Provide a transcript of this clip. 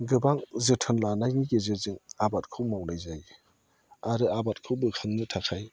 गोबां जोथोन लानायनि गेजेरजों आबादखौ मावनाय जायो आरो आबादखौ बोखांनो थाखाय